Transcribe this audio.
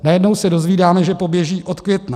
Najednou se dozvídáme, že poběží od května.